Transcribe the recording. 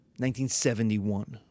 1971